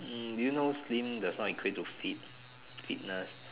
hmm do you know slim just now you create to fit~ fitness